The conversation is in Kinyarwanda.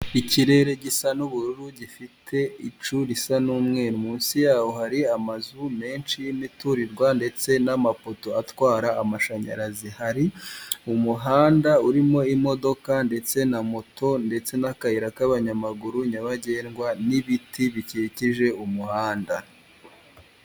Ikirere gisa n'ubururu gifite icu risa n'umweru munsi yaho hari amazu menshi y'imiturirwa ndetse n'amapoto atwara amashanyarazi hari mu muhanda urimo imodoka ndetse na moto ndetse n'akayira k'abanyamaguru nyabagendwa n'ibiti bikikije umuhanda.